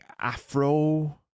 Afro